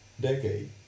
decade